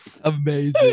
Amazing